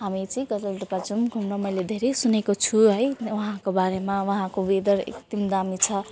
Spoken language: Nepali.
हामीहरू चाहिँ गजलडुब्बा जाउँ घुम्न मैले धेरै सुनेको छु है वहाँको बारेमा वहाँको वेदर एकदम दामी छ